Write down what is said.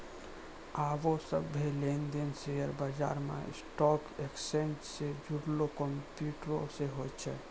आबे सभ्भे लेन देन शेयर बजारो मे स्टॉक एक्सचेंज से जुड़लो कंप्यूटरो से होय छै